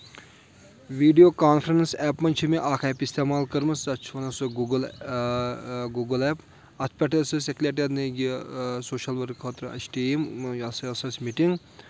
video conference app منٛز چھِ مےٚ اکھ ایپ اِستعمال کٔرمٕژ تَتھ چھُ وَنان سُہ گوٗگٕل گوٗگٕل ایپ اَتھ پؠٹھ حظ اَسہِ سکلیٹن یہِ سوشَل ؤرٕک خٲطرٕ اَسہِ ٹیٖم یہِ ہسا أسۍ اَسہِ مِٹِنٛگ